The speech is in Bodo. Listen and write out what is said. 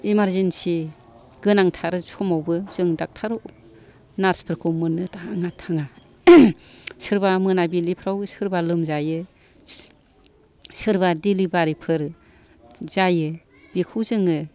इमारजेनसि गोनांथार समावबो जों डक्टर नार्च फोरखौ मोननो थाङा थाङा सोरबा मोनाबिलिफ्राव सोरबा लोमजायो सोरबा दिलिभारि फोर जायो बिखौ जोङो